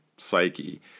Psyche